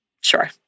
Sure